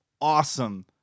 Awesome